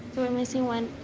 we're missing one.